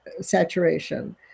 Saturation